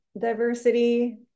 diversity